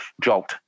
jolt